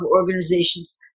organizations